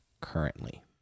currently